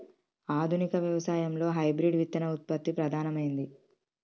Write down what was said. ఆధునిక వ్యవసాయం లో హైబ్రిడ్ విత్తన ఉత్పత్తి ప్రధానమైంది